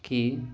کہ